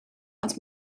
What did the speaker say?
ond